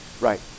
Right